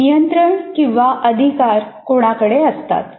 नियंत्रण किंवा अधिकार कोणाकडे असतात